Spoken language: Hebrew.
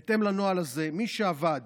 בהתאם לנוהל הזה, מי שעבד